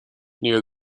near